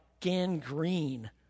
gangrene